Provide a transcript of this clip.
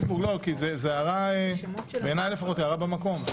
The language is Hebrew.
זו הערה במקום.